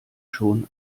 schon